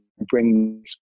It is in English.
bring